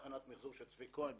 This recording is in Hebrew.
מחזור של צבי כהן.